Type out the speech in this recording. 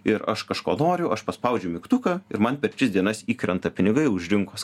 ir aš kažko noriu aš paspaudžiu mygtuką ir man per tris dienas įkrenta pinigai už rinkos